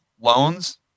loans